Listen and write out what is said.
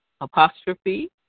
apostrophe